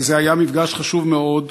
וזה היה מפגש חשוב מאוד,